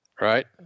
right